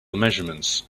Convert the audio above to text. measurements